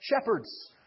shepherds